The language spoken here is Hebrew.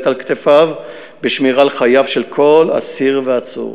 על כתפיו בשמירה על חייו של כל אסיר ועצור.